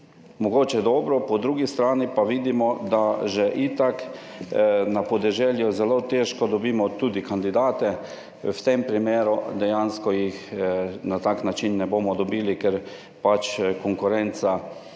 mogoče dobro, po drugi strani pa vidimo, da že itak na podeželju zelo težko dobimo tudi kandidate v tem primeru, dejansko jih na tak način ne bomo dobili, ker pač konkurenca